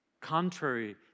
contrary